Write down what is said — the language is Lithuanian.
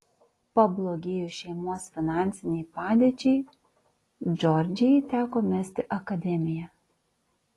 pablogėjus šeimos finansinei padėčiai džordžijai teko mesti akademiją